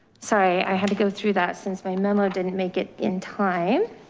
sorry. i had to go through that since my memo. didn't make it in time.